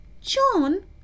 John